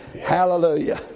Hallelujah